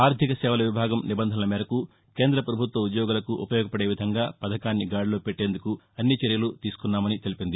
ఆర్థిక సేవల విభాగం నిబంధనల మేరకు కేంద్ర ప్రభుత్వ ఉద్యోగులకు ఉపయోగపడేవిధంగా పథకాన్ని గాడిలో పెట్టేందుకు అన్ని చర్యలూ తీసుకున్నామని తెలిపింది